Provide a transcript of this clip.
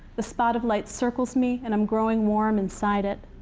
the spot of light circles me, and i'm growing warm inside it.